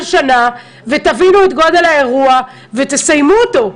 שנה ותבינו את גודל האירוע ותסיימו אותו.